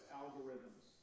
algorithms